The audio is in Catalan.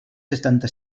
setanta